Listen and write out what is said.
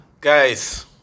guys